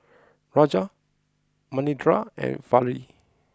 Raja Manindra and Fali